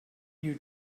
you